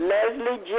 Leslie